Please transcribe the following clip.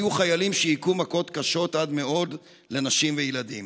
היו חיילים שהכו מכות קשות עד מאוד נשים וילדים.